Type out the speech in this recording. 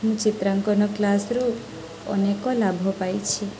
ମୁଁ ଚିତ୍ରାଙ୍କନ କ୍ଲାସ୍ରୁ ଅନେକ ଲାଭ ପାଇଛି